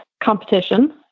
competition